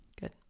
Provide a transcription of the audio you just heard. Good